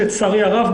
שלצערי הרב,